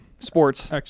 Sports